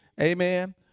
amen